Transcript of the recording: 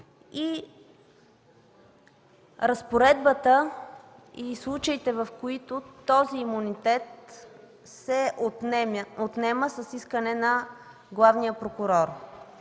и разпоредбата и случаите, в които този имунитет се отнема с искане на главния прокурор.